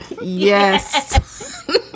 Yes